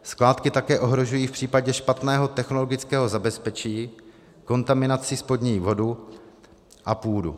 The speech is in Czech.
Skládky také ohrožují v případě špatného technologického zabezpečení kontaminací spodní vodu a půdu.